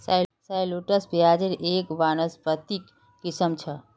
shallots प्याज़ेर एक वानस्पतिक किस्म छ